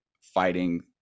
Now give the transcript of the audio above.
fighting